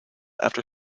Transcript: after